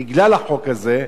בגלל החוק הזה,